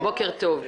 בוקר טוב.